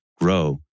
grow